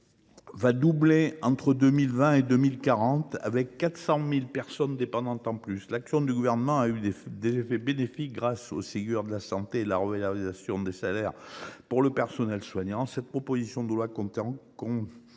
ans doublera entre 2020 et 2040, avec 400 000 personnes dépendantes supplémentaires. L’action du gouvernement a eu des effets bénéfiques grâce au Ségur de la santé et à la revalorisation des salaires pour le personnel soignant. Cette proposition de loi contient quelques